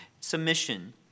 submission